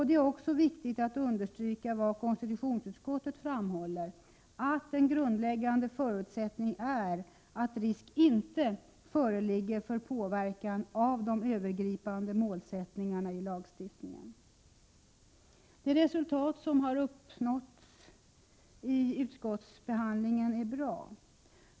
Det är också viktigt att understryka vad konstitutionsutskottet framhåller, att en grundläggande förutsättning är att risk inte föreligger för påverkan av de övergripande målsättningarna i lagstiftningen. Det resultat som har uppnåtts vid utskottsbehandlingen är bra.